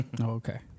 okay